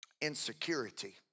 insecurity